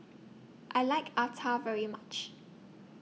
I like Acar very much